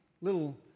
little